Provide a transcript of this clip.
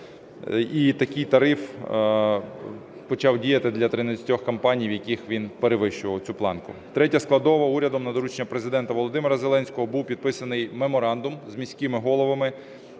І такий тариф почав діяти для 13 компаній, в яких він перевищував цю планку. Третя складова. Урядом на доручення Президента Володимира Зеленського був підписаний меморандум з міськими головами.